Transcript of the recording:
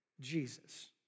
Jesus